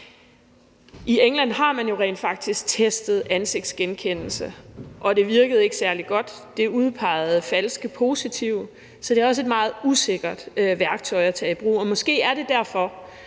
I England har man jo rent faktisk testet ansigtsgenkendelse, og det virkede ikke særlig godt. Det udpegede falske positive. Så det er også et meget usikkert værktøj at tage i brug. Måske er det derfor,